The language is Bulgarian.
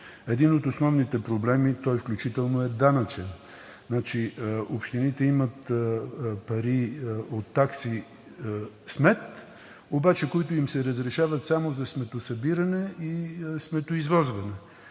Един от основните проблеми, той включително е данъчен. Общините имат пари от такси смет обаче, които им се разрешават само за сметосъбиране и сметоизвозване.